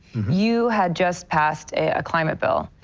you had just passed a climate bill.